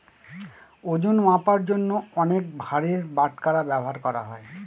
ওজন মাপার জন্য অনেক ভারের বাটখারা ব্যবহার করা হয়